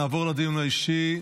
נעבור לדיון האישי.